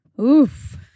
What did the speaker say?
Oof